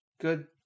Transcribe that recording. good